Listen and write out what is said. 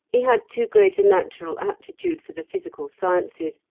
he had too great a natural aptitude for the physical sciences,